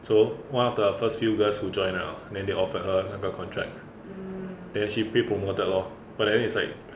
so one of the first few girls who join ah then they offered her 那个 contract then she 被 promoted lor but then it's like